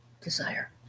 desire